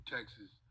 Texas